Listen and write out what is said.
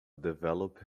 developed